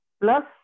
Plus